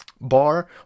bar